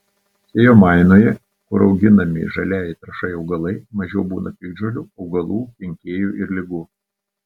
sėjomainoje kur auginami žaliajai trąšai augalai mažiau būna piktžolių augalų kenkėjų ir ligų